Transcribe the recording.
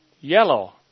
Yellow